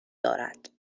دارد